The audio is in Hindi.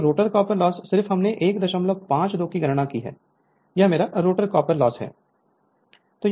तो रोटर कॉपर लॉस सिर्फ हमने 152 की गणना की है यह मेरा रोटर कॉपर लॉस है